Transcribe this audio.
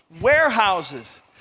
warehouses